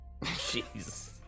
Jeez